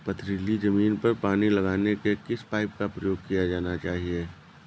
पथरीली ज़मीन पर पानी लगाने के किस पाइप का प्रयोग किया जाना चाहिए?